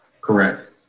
Correct